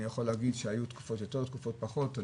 אני יכול להגיד שהיו תקופות יותר ותקופות פחות.